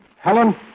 Helen